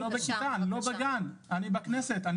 אני בכנסת.